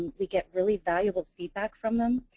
we get really valuable feed back from them.